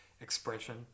expression